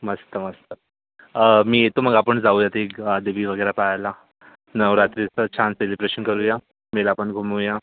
मस्त मस्त मी येतो मग आपण जाऊया ती देवी वगैरे पाहायला नवरात्रीचं छान सेलिब्रेशन करूया मेला पण घुमूया